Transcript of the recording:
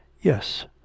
yes